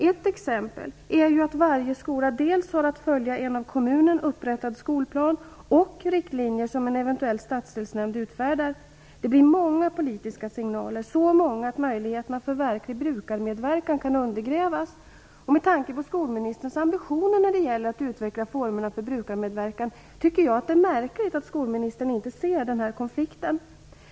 Ett exempel är ju att varje skola har att följa dels en av kommunen upprättad skolplan, dels riktlinjer som en eventuell stadsdelsnämnd utfärdar. Det blir många politiska signaler, så många att möjligheterna för verklig brukarmedverkan kan undergrävas. Med tanke på skolministerns ambitioner när det gäller att utveckla formerna för brukarmedverkan tycker jag att det är märkligt att skolministern inte ser den här konflikten.